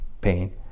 pain